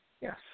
yes